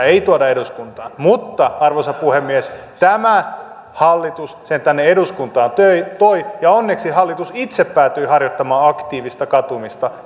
ei tuoda eduskuntaan mutta arvoisa puhemies tämä hallitus sen tänne eduskuntaan toi ja onneksi hallitus itse päätyi harjoittamaan aktiivista katumista